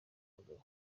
abagabo